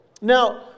Now